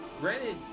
granted